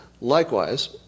Likewise